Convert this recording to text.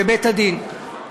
בבית-הדין.